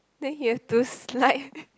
then he have to slide